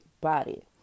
body